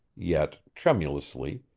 yet tremulously,